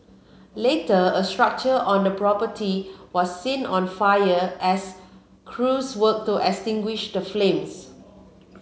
later a structure on the property was seen on fire as crews worked to extinguish the flames